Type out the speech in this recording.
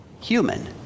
human